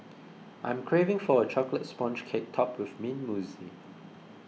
I am craving for a Chocolate Sponge Cake Topped with Mint Mousse